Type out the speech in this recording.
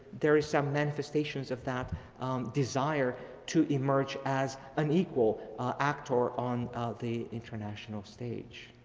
there is some manifestations of that desire to emerge as an equal act or on the international stage.